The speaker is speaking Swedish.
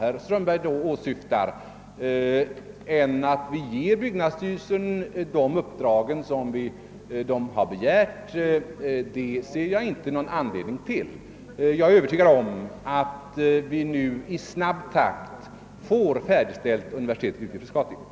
herr Strömberg åsyftar, annat än att vi skall ge byggnadsstyrelsen de uppdrag som den har begärt. Jag är övertygad om att vi nu i snabb takt får universitetet :vid Frescati färdigställt.